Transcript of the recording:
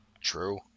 True